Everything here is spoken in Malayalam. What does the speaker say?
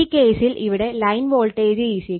ഈ കേസിൽ ഇവിടെ ലൈൻ വോൾട്ടേജ് ഫേസ് വോൾട്ടേജ് ആണ്